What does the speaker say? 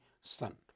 son